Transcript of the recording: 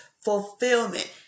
fulfillment